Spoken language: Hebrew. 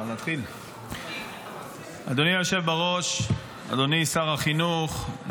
אדוני שר החינוך,